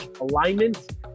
alignment